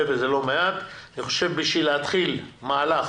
אני חושב, בשביל להתחיל מהלך